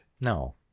No